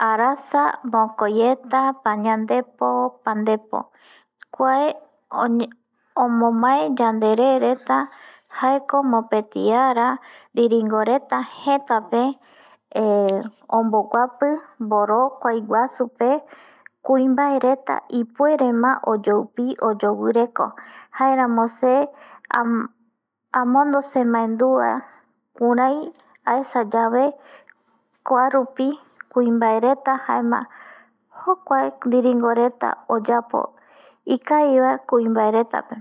Arasa mokoieta pañandepo pandepo kua omomae yande re reta jaeko mopeti ara gringo reta jeta pe omboguapi vorokuai guasu kuimbae reta ipuere ma oyoupi oyogureko jaramo se amondo se mandua kurai aesa yave kuarupi kuimbae reta jaema jokua gringo reta oyapo kavi kuimbae reta pe